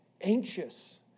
anxious